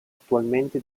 attualmente